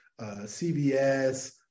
CVS